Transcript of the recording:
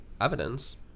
evidence